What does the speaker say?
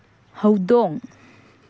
ꯍꯧꯗꯣꯡ